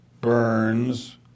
Burns